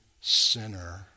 sinner